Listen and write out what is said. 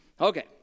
Okay